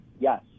Yes